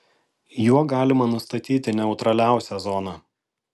juo galima nustatyti neutraliausią zoną